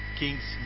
king's